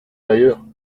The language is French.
d’ailleurs